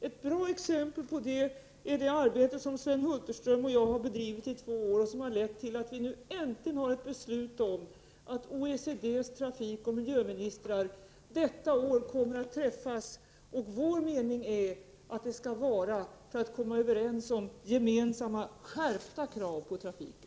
Ett bra exempel på det är det arbete som Sven Hulterström och jag har bedrivit i två år och som har lett till att vi äntligen har ett beslut om att OECD:s trafikoch miljöministrar detta år kommer att träffas. Vår mening är att det skall vara för att komma överens om gemensamma skärpta krav på trafiken.